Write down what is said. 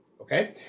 okay